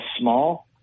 small